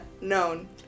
known